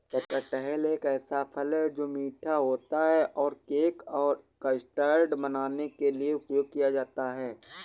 कटहल एक ऐसा फल है, जो मीठा होता है और केक और कस्टर्ड बनाने के लिए उपयोग किया जाता है